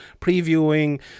previewing